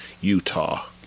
Utah